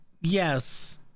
Yes